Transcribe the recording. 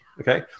okay